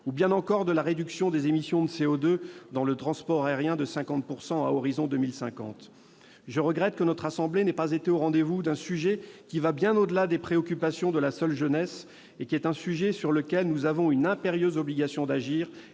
ou bien encore la réduction de 50 % des émissions de CO2 dans le transport aérien à l'horizon 2050. Je regrette que notre assemblée n'ait pas été au rendez-vous sur un sujet qui va bien au-delà des préoccupations de la jeunesse et sur lequel nous avons une impérieuse obligation d'agir